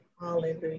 Hallelujah